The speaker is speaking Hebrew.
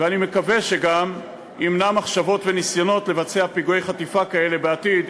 ואני מקווה שגם ימנע מחשבות וניסיונות לבצע פיגועי חטיפה כאלה בעתיד,